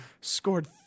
scored